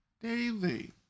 daily